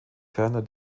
ferner